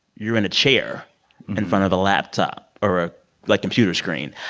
you're in a chair in front of a laptop or, ah like, computer screen.